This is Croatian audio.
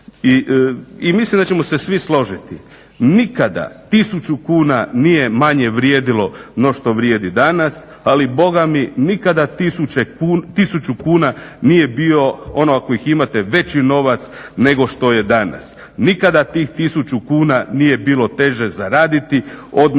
I mislim da ćemo se svi složiti, nikada tisuću kuna nije manje vrijedilo no što vrijedi danas ali bogami nikada tisuću kuna nije bio ono ako ih imate veći novac nego što je danas. Nikada tih tisuću kuna nije bilo teže zaraditi odnosno